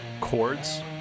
chords